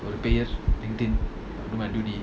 உன்பெயர்:un peyar